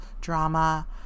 drama